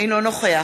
אינו נוכח